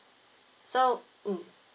so mm